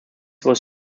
was